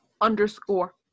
underscore